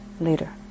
later